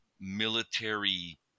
military